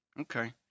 Okay